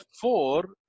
four